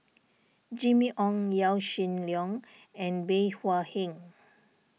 Jimmy Ong Yaw Shin Leong and Bey Hua Heng